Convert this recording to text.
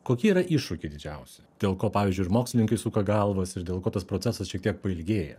kokie yra iššūkiai didžiausi dėl ko pavyzdžiui ir mokslininkai suka galvas ir dėl ko tas procesas šiek tiek pailgėja